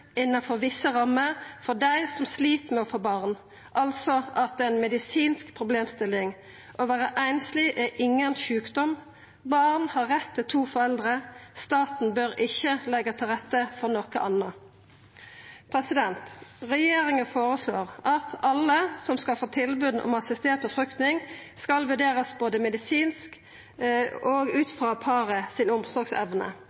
innanfor visse rammer for dei som slit med å få barn, altså at det er ei medisinsk problemstilling. Å vera einsleg er ingen sjukdom. Barn har rett til to foreldre. Staten bør ikkje leggja til rette for noko anna. Regjeringa føreslår at alle som skal få tilbod om assistert befruktning, skal vurderast både medisinsk og